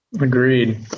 agreed